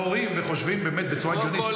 או שאתם נאורים וחושבים באמת בצורה הגיונית,